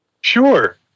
Sure